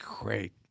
great